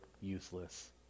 useless